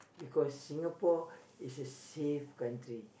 because Singapore is a safe country